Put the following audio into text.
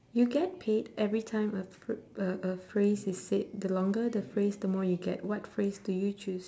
you get paid every time a p~ uh a phrase is said the longer the phrase the more you get what phrase do you choose